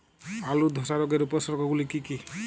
আলুর ধসা রোগের উপসর্গগুলি কি কি?